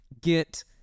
get